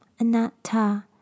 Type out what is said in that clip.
Anatta